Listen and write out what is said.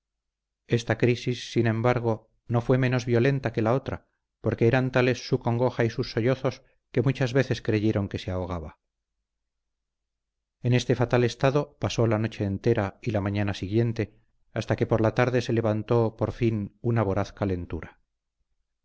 esta crisis sin embargo no fue menos violenta que la otra porque eran tales su congoja y sus sollozos que muchas veces creyeron que se ahogaba en este fatal estado pasó la noche entera y la mañana siguiente hasta que por la tarde se levantó por fin una voraz calentura